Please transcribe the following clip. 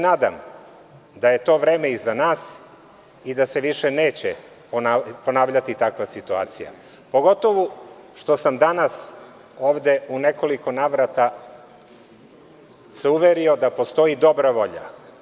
Nadam se da je to vreme iza nas i da se više neće ponavljati takva situacija, pogotovo što sam se danas ovde u nekoliko navrata uverio da postoji dobra volja.